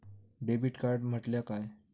Debit card म्हटल्या काय?